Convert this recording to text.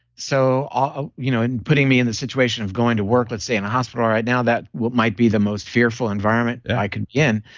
so ah you know in putting me in the situation of going to work, let's say in a hospital right now, that what might be the most fearful environment i could be in.